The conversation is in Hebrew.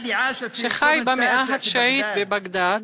שחי במאה התשיעית בבגדאד,